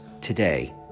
today